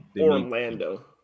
Orlando